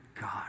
God